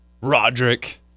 Roderick